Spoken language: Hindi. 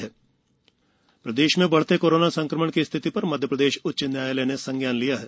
हाईकोर्ट आदेश प्रदेश में बढ़ते कोरोना संक्रमण की स्थिति शर मध्य प्रदेश उच्च न्यायालय ने संज्ञान लिया है